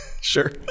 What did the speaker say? sure